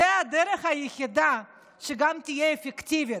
זו הדרך היחידה שגם תהיה אפקטיבית.